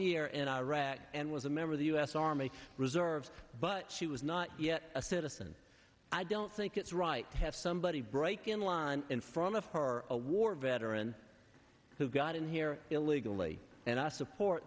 year in iraq and was a member of the u s army reserves but she was not yet a citizen i don't think it's right to have somebody break in line in front of a war veteran who got in here illegally and i support